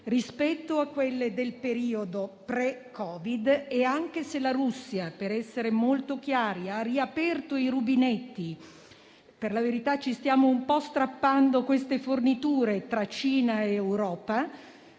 rispetto a quelle del periodo pre-Covid, anche se la Russia - per essere molto chiari - ha riaperto i rubinetti. Per la verità ci stiamo - per così dire - un po' strappando tali forniture tra Cina e Europa.